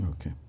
Okay